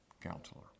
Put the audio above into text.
counselor